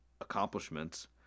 accomplishments